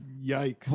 yikes